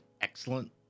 excellent